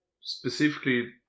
specifically